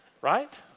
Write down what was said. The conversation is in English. right